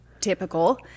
typical